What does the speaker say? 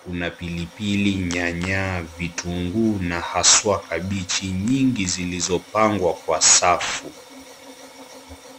Kuna pilipili, nyanya, vitunguu na haswa kabiji nyingi zilizopangwa Kwa safu.